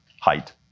height